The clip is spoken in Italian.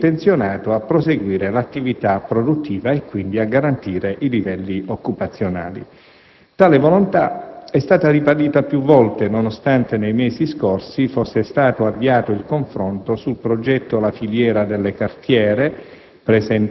purché intenzionato a proseguire l'attività produttiva e, quindi, a garantire i livelli occupazionali. Tale volontà è stata ribadita più volte, nonostante nei mesi scorsi fosse stato avviato il confronto sul progetto «La filiera delle cartiere»,